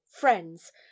friends